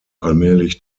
allmählich